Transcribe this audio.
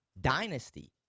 dynasty